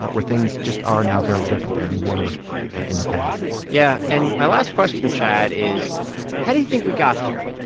where things just are now very different than they were in the past yeah. and my last question, chad, is how do you think we got here?